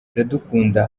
iradukunda